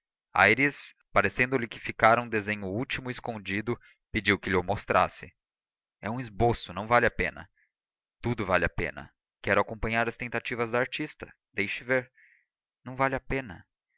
aires parecendo-lhe que ficara um desenho último e escondido pediu que lho mostrasse é um esboço não vale a pena tudo vale a pena quero acompanhar as tentativas da artista deixe ver não vale a pena